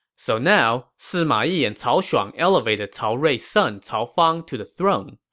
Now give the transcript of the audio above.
so now, sima yi and cao shuang elevated cao rui's son cao fang to the throne.